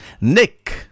Nick